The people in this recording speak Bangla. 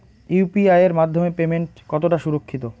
ইউ.পি.আই এর মাধ্যমে পেমেন্ট কতটা সুরক্ষিত?